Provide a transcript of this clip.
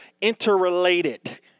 interrelated